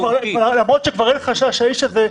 למרות שכבר שאין חשש שהאיש הזה,